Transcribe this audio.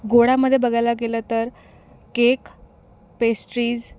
गोडामध्ये बगायला गेलं तर केक पेस्ट्रीज